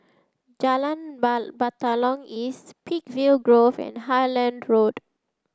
Jalan Batalong East Peakville Grove and Highland Road